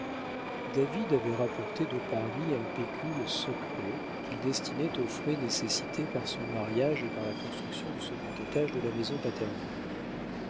david avait rapporté de paris un pécule secret qu'il destinait aux vrais nécessités par son mariage et par la construction du second étage de la maison paternelle